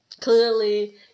Clearly